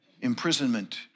imprisonment